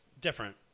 different